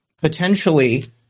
potentially